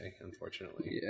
unfortunately